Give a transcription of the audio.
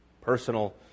personal